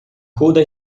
coda